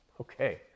Okay